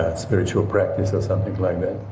ah spiritual practice or something like that.